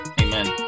amen